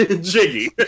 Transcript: Jiggy